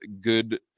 good